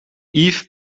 yves